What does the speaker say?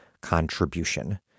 contribution